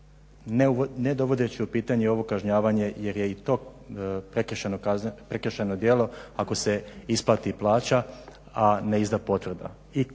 ne dovodeći u pitanje ovo kažnjavanje jer je i to prekršajno djelo, ako se isplati plaća, a ne izda potvrda.